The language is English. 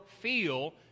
feel